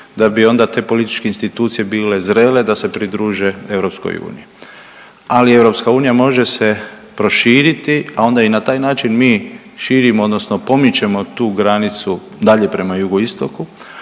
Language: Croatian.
da bi onda te političke institucije bile zrele da se pridruže EU, ali EU može se proširiti, a onda i na taj način mi širimo odnosno pomičemo tu granicu dalje prema jugoistoku